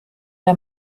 der